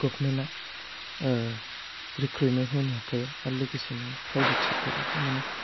गभमेन्टया ओह रिखुइरमेन होनो हाखाया आरो लोगोसे नोङो फ्राइभेत सेक्टरावबो माने